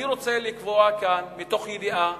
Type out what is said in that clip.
אני רוצה לקבוע כאן מתוך ידיעה